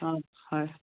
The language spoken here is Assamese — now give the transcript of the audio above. অঁ হয়